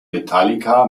metallica